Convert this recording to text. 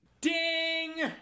Ding